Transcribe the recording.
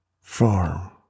farm